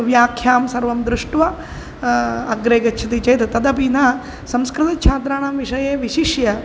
व्याख्यां सर्वं दृष्ट्वा अग्रे गच्छति चेत् तदपि न संस्कृतछात्राणां विषये विशिष्य